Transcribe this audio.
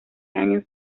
años